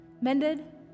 mended